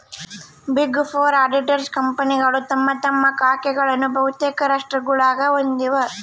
big four auditors ಕಂಪನಿಗಳು ತಮ್ಮ ತಮ್ಮ ಶಾಖೆಗಳನ್ನು ಬಹುತೇಕ ರಾಷ್ಟ್ರಗುಳಾಗ ಹೊಂದಿವ